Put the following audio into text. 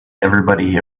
everybody